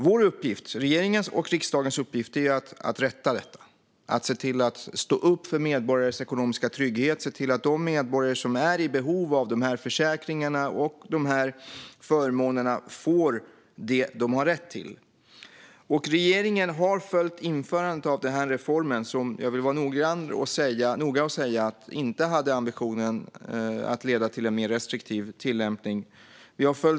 Vår uppgift, regeringens och riksdagens uppgift, är att rätta detta och se till att stå upp för medborgares ekonomiska trygghet och se till att de medborgare som är i behov av de här försäkringarna och förmånerna får det som de har rätt till. Regeringen har följt införandet av den här reformen noga. Jag vill vara tydlig med att ambitionen med reformen inte var att det skulle bli en mer restriktiv tillämpning.